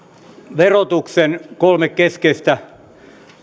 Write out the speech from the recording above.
verotuksen kolme keskeistä